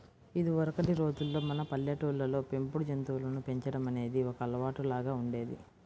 ఇదివరకటి రోజుల్లో మన పల్లెటూళ్ళల్లో పెంపుడు జంతువులను పెంచడం అనేది ఒక అలవాటులాగా ఉండేది